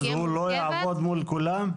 ואז המבקש לא יעבוד מול כולם?